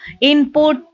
input